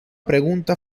pregunta